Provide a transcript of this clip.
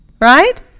right